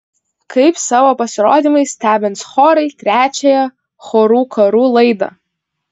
kaip savo pasirodymais stebins chorai trečiąją chorų karų laidą